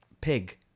pig